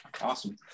awesome